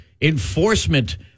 enforcement